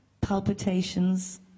palpitations